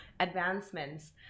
Advancements